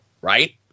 right